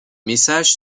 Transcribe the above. messages